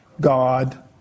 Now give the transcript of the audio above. God